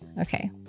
okay